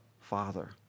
Father